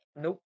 Nope